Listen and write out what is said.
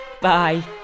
Bye